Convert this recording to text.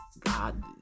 God